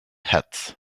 hats